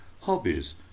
hobbies